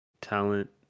talent